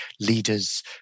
leaders